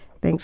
thanks